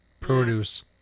produce